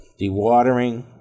dewatering